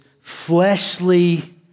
fleshly